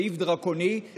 סעיף דרקוני שלא מאפשר,